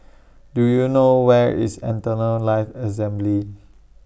Do YOU know Where IS Eternal Life Assembly